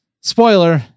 spoiler